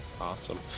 Awesome